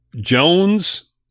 Jones